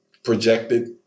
Projected